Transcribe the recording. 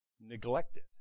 neglected